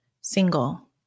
single